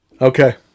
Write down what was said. Okay